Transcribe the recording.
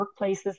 workplaces